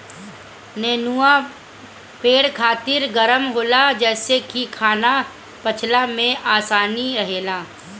नेनुआ पेट खातिर गरम होला जेसे की खाना पचला में आसानी रहेला